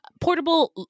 portable